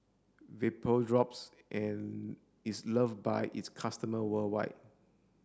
Vapodrops in is love by its customer worldwide